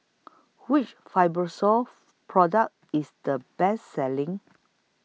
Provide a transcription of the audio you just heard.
Which Fibrosol Product IS The Best Selling